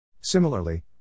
Similarly